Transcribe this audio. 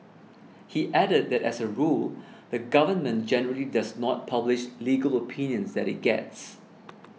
he added that as a rule the Government generally does not publish legal opinions that it gets